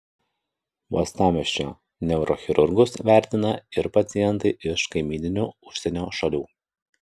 uostamiesčio neurochirurgus vertina ir pacientai iš kaimyninių užsienio šalių